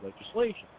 legislation